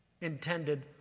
intended